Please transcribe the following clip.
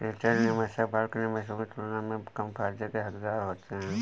retail निवेशक bulk निवेशकों की तुलना में कम फायदे के हक़दार होते हैं